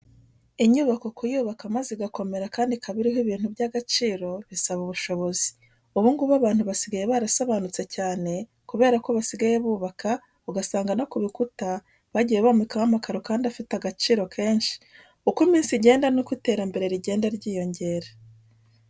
Inyubako kuyubaka maze igakomera kandi ikaba iriho ibintu by'agaciro bisaba ubushobozi. Ubu ngubu abantu basigaye barasobanutse cyane kubera ko basigaye bubaka ugasanga no kubikuta bagiye bomekaho amakaro kandi afite agaciro kenshi. Uko iminsi igenda ni ko n'iterambere rigenda ryiyongera.